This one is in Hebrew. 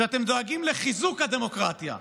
שאתם דואגים לחיזוק הדמוקרטיה.